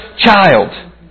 child